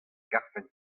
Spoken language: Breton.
garfen